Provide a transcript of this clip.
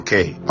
Okay